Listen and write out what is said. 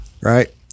right